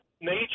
nature